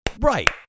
right